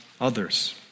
others